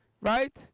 right